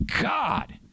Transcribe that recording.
God